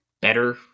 Better